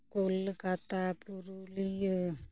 Kolkata Purulia